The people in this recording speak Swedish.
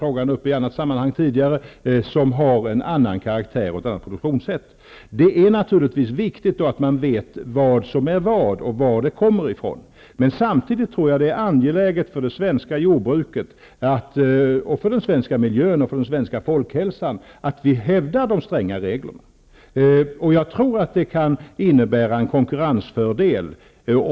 Det kan komma in livsmedel i Sverige, vilka har en annan karaktär och är producerade på annat sätt. Det är naturligtvis viktigt att man vet vad som är vad och var livsmedlen kommer ifrån. Samtidigt tror jag att det är angeläget för det svenska jordbruket, den svenska miljön och folkhäl san att vi hävdar de stränga reglerna. Det kan innebära en konkurrensfördel.